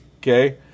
Okay